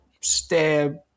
stab